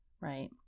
right